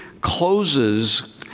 closes